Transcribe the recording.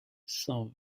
cent